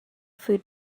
food